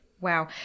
wow